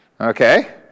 Okay